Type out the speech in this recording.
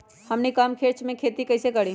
हमनी कम खर्च मे खेती कई से करी?